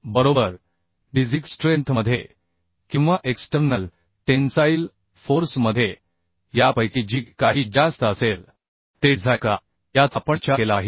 बरोबर design strength मध्ये किंवा एक्स्टर्नल टेन्साईल फोर्स मध्ये यापैकी जी काही ज्यास्त असेल ते डिझाइन करा याचा आपण विचार केला पाहिजे